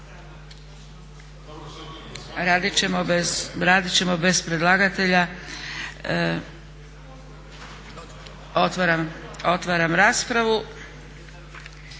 Radit ćemo bez predlagatelja. Otvaram raspravu.